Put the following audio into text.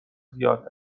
زیاد